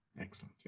Excellent